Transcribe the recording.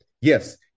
Yes